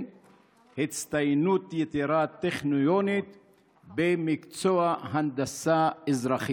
הצטיינות יתרה טכנית במקצוע הנדסה אזרחית.